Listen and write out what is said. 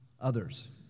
others